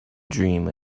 dream